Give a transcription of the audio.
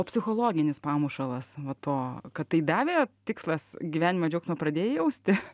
o psichologinis pamušalas nuo to kad tai davė tikslas gyvenimo džiaugsmą pradėjai jausti